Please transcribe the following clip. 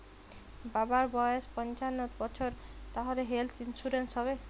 বাবার বয়স পঞ্চান্ন বছর তাহলে হেল্থ ইন্সুরেন্স হবে?